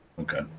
Okay